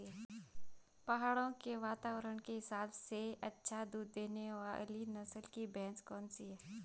पहाड़ों के वातावरण के हिसाब से अच्छा दूध देने वाली नस्ल की भैंस कौन सी हैं?